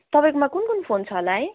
तपाईँकोमा कुन कुन फोन छ होला है